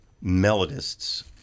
melodists